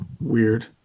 weird